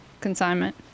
consignment